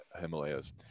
himalayas